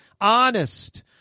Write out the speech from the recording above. Honest